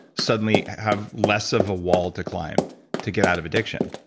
suddenly have less of a wall to climb to get out of addiction.